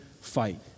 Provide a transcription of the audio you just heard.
fight